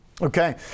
Okay